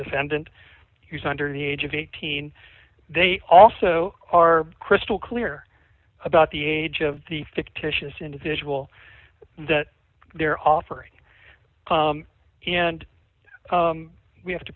defendant who's under the age of eighteen they also are crystal clear about the age of the fictitious individual that they're offering and we have to